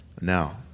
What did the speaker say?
Now